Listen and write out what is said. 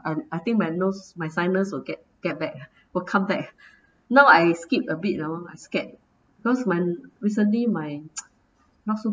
and I think my nose my sinus will get get back will come back now I skipped a beat orh I scared cause my recently my not so